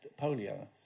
polio